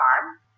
Farm